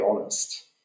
honest